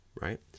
right